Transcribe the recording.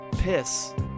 piss